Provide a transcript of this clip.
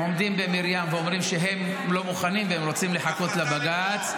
הם עומדים במרים ואומרים שהם לא מוכנים והם רוצים לחכות לבג"ץ,